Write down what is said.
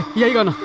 yaadon